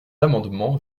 amendement